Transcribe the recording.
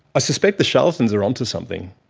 i suspect the charlatans are onto something.